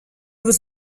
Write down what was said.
was